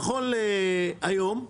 נכון להיום,